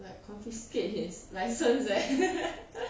like confiscated his license eh